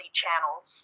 channels